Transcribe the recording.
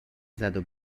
زدو